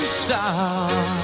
stop